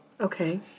okay